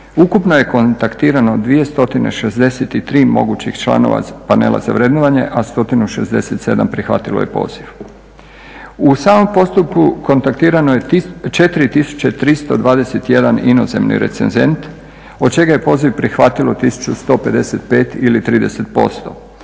Ukupno je kontaktirano 263 mogućih članova Panela za vrednovanje, a 167 prihvatilo je poziv. U samom postupku kontaktirano je 4321 inozemni recenzent, od čega je poziv prihvatilo 1155 ili 30%,